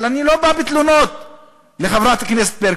אבל אני לא בא בתלונות לחברת הכנסת ברקו.